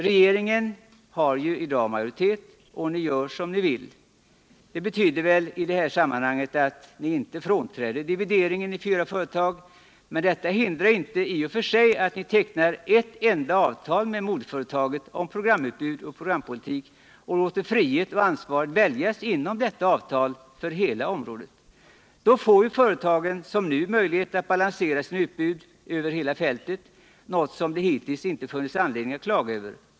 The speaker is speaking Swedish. Regeringen har ju i dag majoritet, och ni gör som ni vill. Det betyder väl i det här sammanhanget att ni inte frånträder divideringen i fyra företag, men det hindrar inte i och för sig att ni tecknar ett enda avtal med moderföretaget om programutbud och programpolitik och låter frihet och ansvar dväljas inom detta avtal för hela området. Då får företagen som nu möjlighet att balansera sina utbud över hela fältet — något som det hittills inte funnits anledning att klaga över.